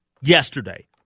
yesterday